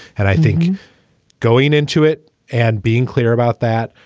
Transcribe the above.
and i think going into it and being clear about that,